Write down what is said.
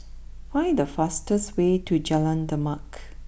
find the fastest way to Jalan Demak